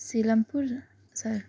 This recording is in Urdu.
سیلم پور سر